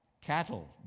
cattle